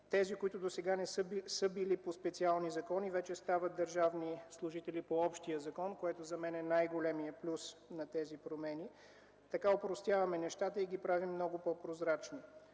Тези, които досега са били по специални закони, вече стават държавни служители по общия закон, което според мен е най-големият плюс на тези промени. Така опростяваме нещата и ги правим много по-прозрачни.